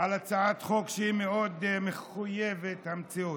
על הצעת חוק שהיא מחויבת המציאות.